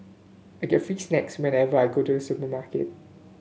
I get free snacks whenever I go to supermarket